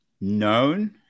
known